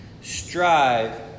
strive